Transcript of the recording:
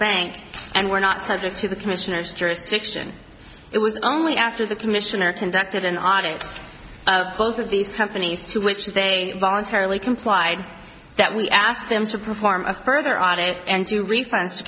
bank and were not subject to the commissioner's jurisdiction it was only after the commissioner conducted an audit of both of these companies to which they voluntarily complied that we asked them to perform a further audit and to refund